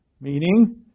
Meaning